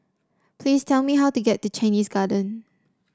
please tell me how to get to Chinese Garden